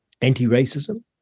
anti-racism